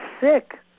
sick